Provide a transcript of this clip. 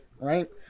right